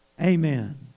Amen